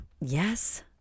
Yes